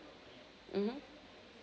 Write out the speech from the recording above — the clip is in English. mmhmm